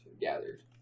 gathered